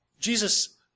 Jesus